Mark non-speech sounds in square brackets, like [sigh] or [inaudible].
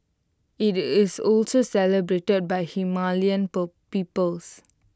IT is also celebrated by Himalayan [unintelligible] peoples